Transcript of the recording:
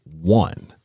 one